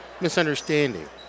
misunderstanding